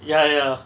ya ya